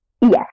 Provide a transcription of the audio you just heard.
Yes